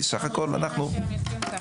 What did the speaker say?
כי בסך הכול אנחנו --- פעם ראשונה שהם יוצאים ככה,